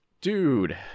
dude